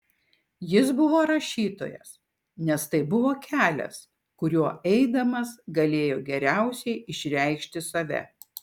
jis buvo rašytojas nes tai buvo kelias kuriuo eidamas galėjo geriausiai išreikšti save